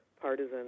partisan